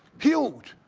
huge.